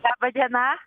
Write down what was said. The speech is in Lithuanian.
laba diena